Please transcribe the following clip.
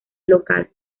local